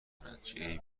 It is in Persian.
کنن، چه